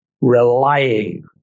relying